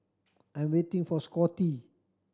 I'm waiting for Scottie